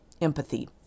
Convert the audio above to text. empathy